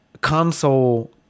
console